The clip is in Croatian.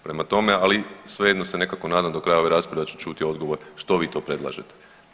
Prema tome, ali svejedno se nekako nadam do kraja ove rasprave da ću čuti odgovor što vi to predlažete.